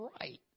right